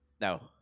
no